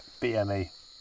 BME